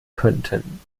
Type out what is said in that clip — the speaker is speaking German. könnten